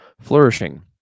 flourishing